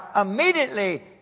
immediately